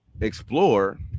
explore